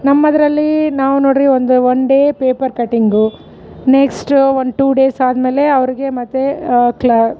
ನಮ್ಮದರಲ್ಲಿ ನಾವು ನೋಡ್ರಿ ಒಂದು one day paper cutting next ಒಂದು ಟು ಡೇಸ್ ಆದಮೇಲೆ ಅವರಿಗೆ ಮತ್ತು ಕ್ಲ್ಯಾ